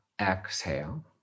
Exhale